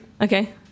okay